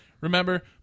remember